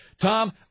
Tom